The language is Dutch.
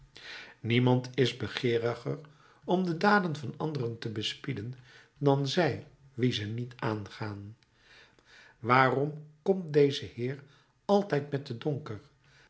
niemand is begeeriger om de daden van anderen te bespieden dan zij wien ze niet aangaan waarom komt deze heer altijd met den donker